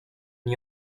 new